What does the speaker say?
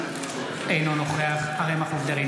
אינו נוכח אריה מכלוף דרעי,